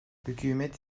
hükümet